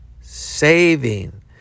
saving